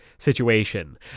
Situation